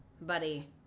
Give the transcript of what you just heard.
buddy